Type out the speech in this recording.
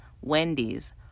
wendy's